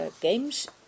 games